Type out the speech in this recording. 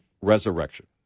resurrection